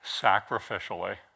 sacrificially